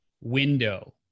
window